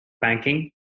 banking